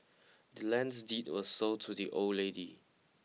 the land's deed was sold to the old lady